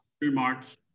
remarks